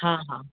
हा हा